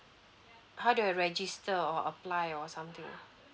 how do I register or apply or something